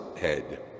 head